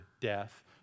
death